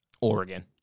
Oregon